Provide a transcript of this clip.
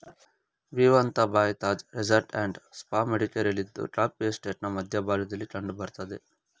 Vivanta by Taj resort and spa ಮಡಿಕೇರಿಯಲ್ಲಿದ್ದು coffee ಎಸ್ಟೇಟ್ನ ಮಧ್ಯ ಭಾಗದಲ್ಲಿ ಕಂಡ್ ಬರ್ತದೆ